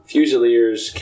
Fusiliers